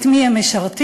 את מי הם משרתים.